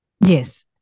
yes